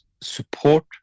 support